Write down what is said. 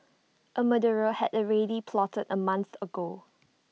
A murder had already been plotted A month ago